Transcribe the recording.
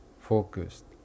focused